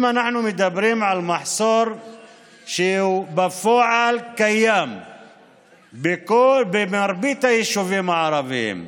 אנחנו מדברים על מחסור שבפועל קיים במרבית היישובים הערביים.